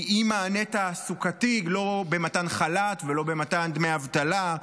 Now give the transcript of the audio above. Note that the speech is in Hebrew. מאי-מענה תעסוקתי לא במתן חל"ת ולא במתן דמי אבטלה,